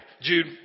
Jude